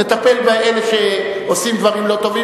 נטפל באלה שעושים דברים לא טובים,